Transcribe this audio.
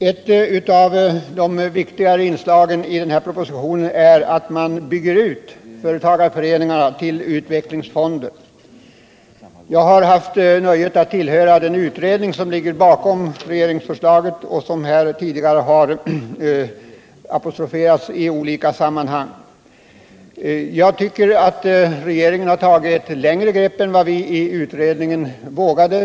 Ett av de viktigare inslagen i den här propositionen är att företagareföreningarna byggs ut till utvecklingsfonder. Jag har haft nöjet att tillhöra den utredning som ligger bakom regeringens förslag och som här tidigare apostroferats i olika sammanhang. Regeringen har tagit ett längre gående grepp än vad vi i utredningen vågat.